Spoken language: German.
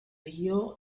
rio